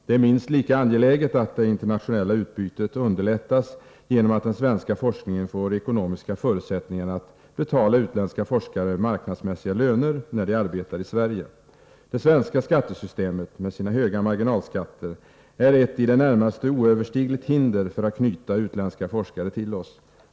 Det är minst lika angeläget att det internationella utbytet underlättas genom att den svenska forskningen får ekonomiska förutsättningar att betala utländska forskare marknadsmässiga löner när de arbetar i Sverige. Det svenska skattesystemet — med sina höga marginalskatter — är ett i det närmaste oöverstigligt hinder för att knyta utländska forskare till oss.